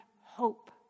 hope